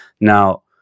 Now